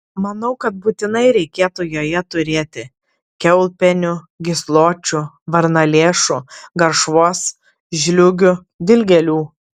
manau kad būtinai reikėtų joje turėti kiaulpienių gysločių varnalėšų garšvos žliūgių dilgėlių